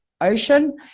ocean